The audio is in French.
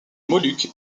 moluques